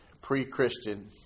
pre-Christian